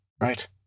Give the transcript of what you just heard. right